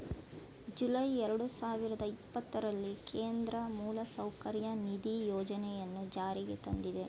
July ಎರಡು ಸಾವಿರದ ಇಪ್ಪತ್ತರಲ್ಲಿ ಕೇಂದ್ರ ಮೂಲಸೌಕರ್ಯ ನಿಧಿ ಯೋಜನೆಯನ್ನು ಜಾರಿಗೆ ತಂದಿದೆ